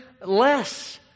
less